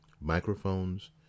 microphones